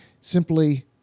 simply